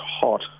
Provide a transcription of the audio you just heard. hot